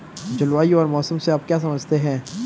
जलवायु और मौसम से आप क्या समझते हैं?